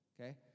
okay